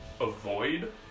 avoid